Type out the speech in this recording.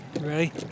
Ready